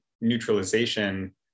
neutralization